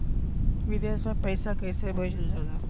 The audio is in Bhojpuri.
विदेश में पैसा कैसे भेजल जाला?